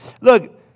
Look